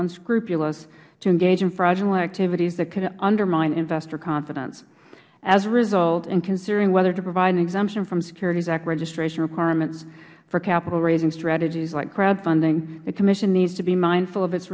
unscrupulous to engage in fraudulent activities that could undermine investor confidence as a result in considering whether to provide an exemption from securities act registration requirements for capital raising strategies like crowdfunding the commission needs to be mindful of its